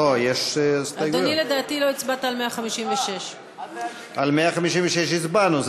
אדוני, לדעתי, לא הצבעת על 156. על 156 הצבענו.